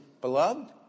beloved